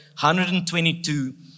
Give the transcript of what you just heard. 122